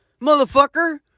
motherfucker